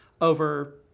Over